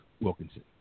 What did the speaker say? Wilkinson